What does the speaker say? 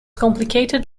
complicated